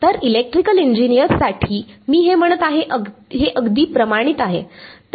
तर इलेक्ट्रिकल इंजिनियर्ससाठी मी हे म्हणत आहे हे अगदी प्रमाणित आहे